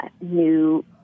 new